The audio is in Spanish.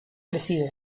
crecido